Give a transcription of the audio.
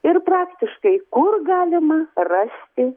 ir praktiškai kur galima rasti